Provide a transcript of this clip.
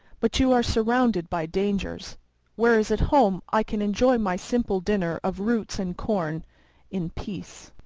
but you are surrounded by dangers whereas at home i can enjoy my simple dinner of roots and corn in peace.